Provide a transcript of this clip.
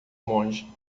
monge